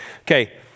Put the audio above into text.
Okay